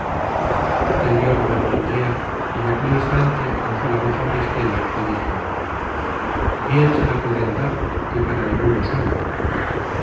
tendió la mano andrea y en aquel instante alzó la voz auristela y dijo bien se la pueden dar que para en uno son